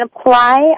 apply